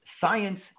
Science